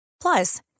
Plus